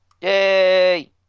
Yay